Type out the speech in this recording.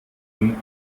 ihn